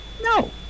no